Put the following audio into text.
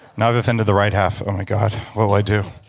now i've offended the right half. oh my god, what'll i do